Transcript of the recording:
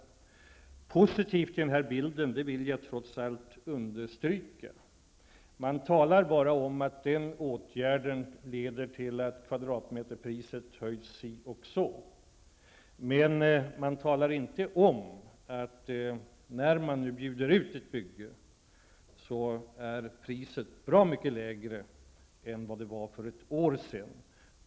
Jag vill trots allt understryka det som är positivt i den här bilden. Nu talar man bara om att den och den åtgärden leder till att kvadratmeterpriset höjs si och så. Men man talar inte om att när ett bygge bjuds ut är priset bra mycket lägre än vad det var för ett år sedan.